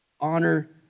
honor